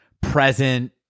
present